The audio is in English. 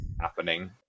happening